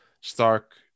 stark